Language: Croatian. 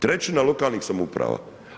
Trećina lokalnih samouprava.